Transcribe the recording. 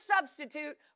substitute